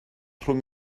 rhwng